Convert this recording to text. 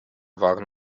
waren